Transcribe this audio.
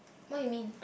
what you mean